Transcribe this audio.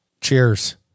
cheers